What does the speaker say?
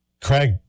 Craig